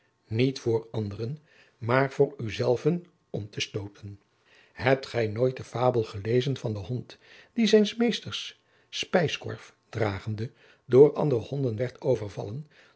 niet voor anderen maar voor uzelven omtestooten hebt gij nooit de fabel gelezen van den hond die zijns meesters spijskorf dragende jacob van lennep de pleegzoon door andere honden werd overvallen